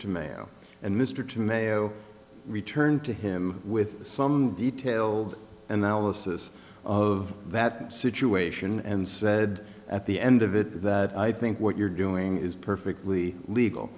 tomato and mr to mayo returned to him with some detailed analysis of that situation and said at the end of it that i think what you're doing is perfectly